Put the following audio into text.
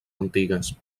antigues